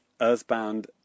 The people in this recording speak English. Earthbound